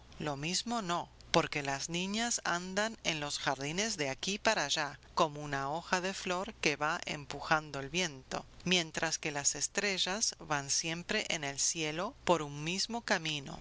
lo mismo no porque las niñas andan en los jardines de aquí para allá como una hoja de flor que va empujando el viento mientras que las estrellas van siempre en el cielo por un mismo camino